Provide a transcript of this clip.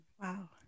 Wow